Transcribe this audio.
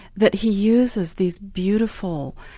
that he uses these beautiful,